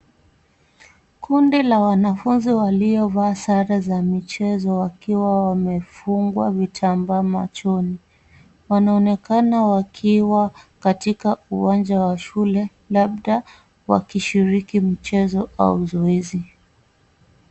Kundi la wanafunzi waliovaa sare za michezo wakiwa wamefungwa vitambaa machoni. Wanaonekana wakiwa katika uwanja wa shule labda wakishiriki mchezo au zoezi.